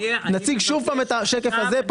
נציג שוב את השקף הזה.